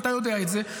ואתה יודע את זה.